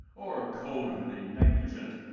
or, coldly negligent,